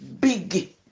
big